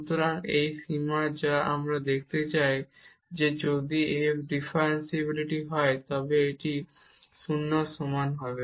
সুতরাং এটি এই সীমা যা আমরা দেখাতে চাই যে যদি f ডিফারেনশিবিলিটি হয় তবে এটি 0 এর সমান হতে হবে